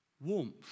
Warmth